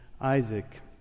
Isaac